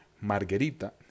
Margarita